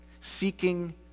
seeking